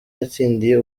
yatsindiye